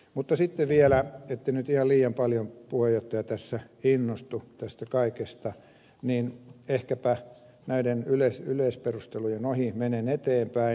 mutta sitten vielä ettette nyt ihan liian paljon puhemies tässä innostu tästä kaikesta niin ehkäpä näiden yleisperustelujen ohi menen eteenpäin